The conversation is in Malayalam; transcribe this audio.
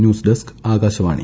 news desk Akashvani